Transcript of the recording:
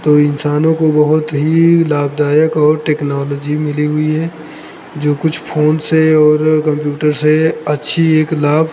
तो इंसानों को बहुत ही लाभदायक और टेक्नोलॉजी मिली हुई है जो कुछ फ़ोन और कंप्यूटर से अच्छी एक लाभ